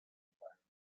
environment